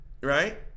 Right